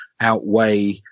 outweigh